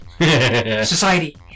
Society